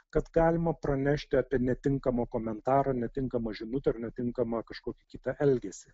kad galima pranešti apie netinkamą komentarą netinkamą žinutę ar netinkamą kažkokį kitą elgesį